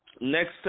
Next